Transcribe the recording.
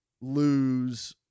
lose